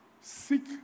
Seek